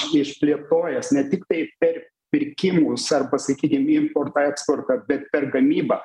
išplėtojęs ne tiktai per pirkimus arba sakykim importą eksportą bet per gamybą